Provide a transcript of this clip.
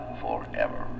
forever